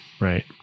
Right